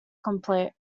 complete